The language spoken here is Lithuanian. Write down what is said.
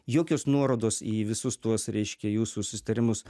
jokios nuorodos į visus tuos reiškia jūsų susitarimus